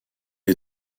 est